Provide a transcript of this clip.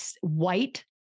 white